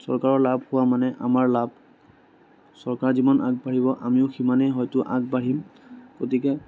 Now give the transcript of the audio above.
চৰকাৰৰ লাভ হোৱা মানে আমাৰ লাভ চৰকাৰ যিমান আগবাঢ়িব আমিও সিমানেই হয়তো আগবাঢ়িম গতিকে